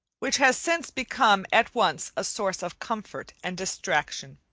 which has since become at once a source of comfort and distraction.